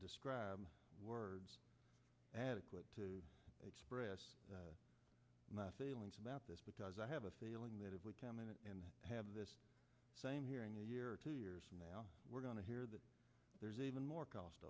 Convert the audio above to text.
describe words adequate to express my feelings about this because i have a feeling that if we can have this same hearing a year two years from now we're going to hear that there's even more